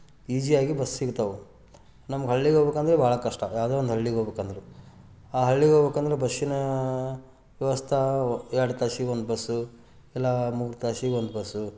ಈಝಿಯಾಗಿ ಬಸ್ ಸಿಗುತ್ತವೆ ನಮ್ಗೆ ಹಳ್ಳಿಗೆ ಹೋಗ್ಬೇಕೆಂದ್ರೆ ಭಾಳ ಕಷ್ಟ ಯಾವುದೋ ಒಂದು ಹಳ್ಳಿಗೆ ಹೋಗ್ಬೇಕಂದ್ರು ಆ ಹಳ್ಳಿಗೆ ಹೋಗ್ಬೇಕಂದ್ರು ಬಸ್ಸಿನ ವ್ಯವಸ್ಥೆ ಎರಡು ತಾಸಿಗೆ ಒಂದು ಬಸ್ಸು ಇಲ್ಲ ಮೂರು ತಾಸಿಗೆ ಒಂದು ಬಸ್ಸು